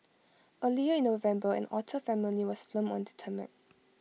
earlier in November an otter family was filmed on